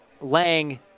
lang